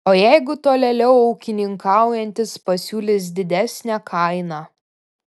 o jeigu tolėliau ūkininkaujantis pasiūlys didesnę kainą